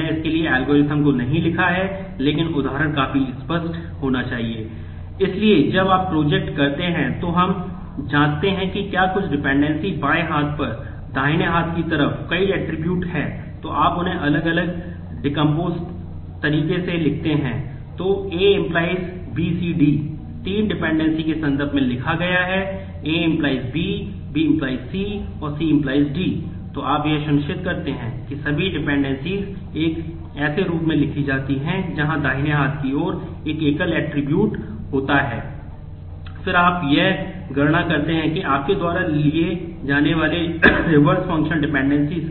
मैंने इसके लिए एल्गोरिथ्म